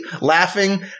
laughing